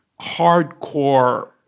hardcore